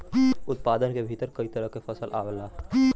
उत्पादन के भीतर कई तरह के फसल आवला